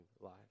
life